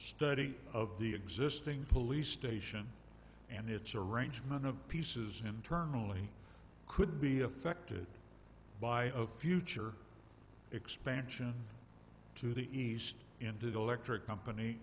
study of the existing police station and its arrangement of pieces internally could be affected by of future expansion to the east into the electric company